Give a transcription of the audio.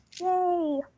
Yay